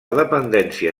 dependència